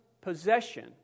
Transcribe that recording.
possession